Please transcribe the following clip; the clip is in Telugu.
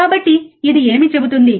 కాబట్టి ఇది ఏమి చెబుతుంది